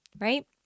Right